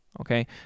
okay